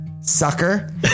sucker